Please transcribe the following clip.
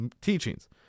teachings